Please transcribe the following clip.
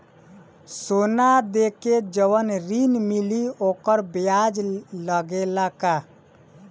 सोना देके जवन ऋण मिली वोकर ब्याज लगेला का?